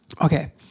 Okay